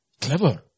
Clever